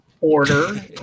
order